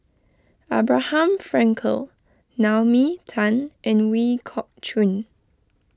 Abraham Frankel Naomi Tan and Ooi Kok Chuen